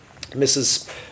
Mrs